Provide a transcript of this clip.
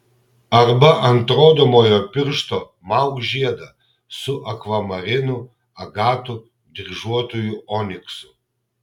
arba ant rodomojo piršto mauk žiedą su akvamarinu agatu dryžuotuoju oniksu